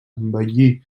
embellir